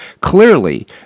clearly